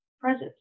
presence